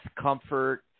comfort